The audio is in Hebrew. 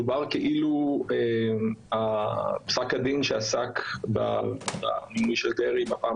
דובר כאילו פסק הדין שעסק בדרעי בפעם